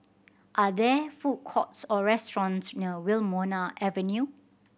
are there food courts or restaurants near Wilmonar Avenue